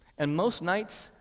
and most nights,